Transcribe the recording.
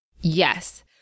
Yes